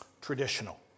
traditional